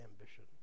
ambition